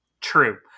True